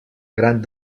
gran